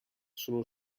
sono